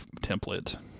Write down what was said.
template